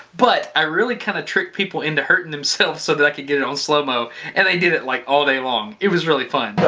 but i really kind of tricked people into hurting themselves so that i could get it on slow mo and they did it like all day long. it was really fun.